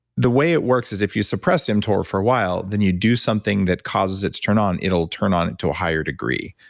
the way it works is if you suppress mtor for a while, then you do something that causes it to turn on, it'll turn on it to a higher degree.